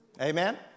Amen